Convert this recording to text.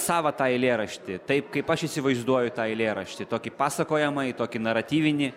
savą tą eilėraštį taip kaip aš įsivaizduoju tą eilėraštį tokį pasakojamąjį tokį naratyvinį